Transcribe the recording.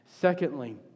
Secondly